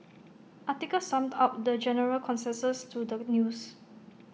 article summed up the general consensus to the news